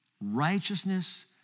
Righteousness